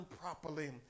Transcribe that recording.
properly